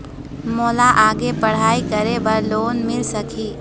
मोला आगे पढ़ई करे बर लोन मिल सकही?